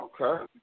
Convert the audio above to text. Okay